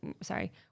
sorry